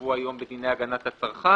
שקבוע היום בדיני הגנת הצרכן.